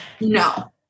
no